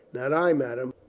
not i, madame.